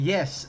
Yes